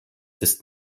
ist